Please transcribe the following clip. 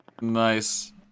Nice